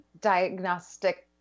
Diagnostic